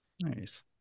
Nice